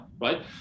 right